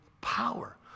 power